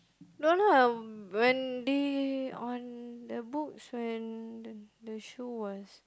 no no I when they on the books when the the show was